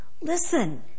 Listen